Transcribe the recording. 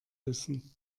wissen